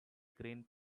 green